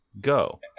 go